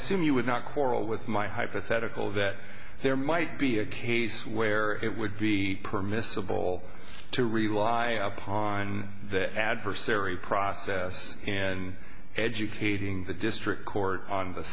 assume you would not quarrel with my hypothetical that there might be a case where it would be permissible to rely upon that adversary process as you feeding the district court on the